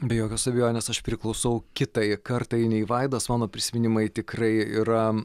be jokios abejonės aš priklausau kitai kartai nei vaidos mano prisiminimai tikrai yra